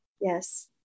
Yes